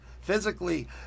physically